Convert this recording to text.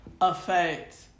affect